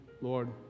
Lord